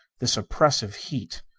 this oppressive heat!